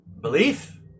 Belief